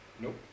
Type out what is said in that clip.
Nope